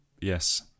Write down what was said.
Yes